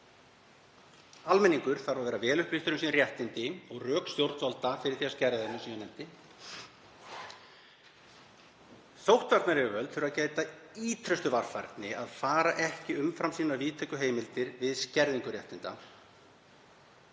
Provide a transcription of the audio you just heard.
Almenningur þarf að vera vel upplýstur um réttindi sín og rök stjórnvalda fyrir því að skerða þau, eins og ég nefndi. Sóttvarnayfirvöld þurfa að gæta ýtrustu varfærni og fara ekki umfram sínar víðtæku heimildir við skerðingu réttinda.